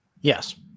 Yes